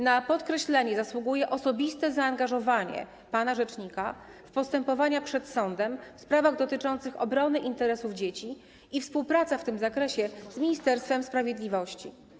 Na podkreślenie zasługuje osobiste zaangażowanie pana rzecznika w postępowania przed sądem w sprawach dotyczących obrony interesów dzieci i współpraca w tym zakresie z Ministerstwem Sprawiedliwości.